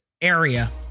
area